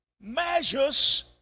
Measures